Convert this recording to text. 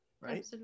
Right